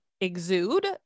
exude